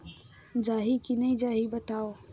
जाही की नइ जाही बताव?